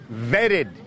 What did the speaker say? vetted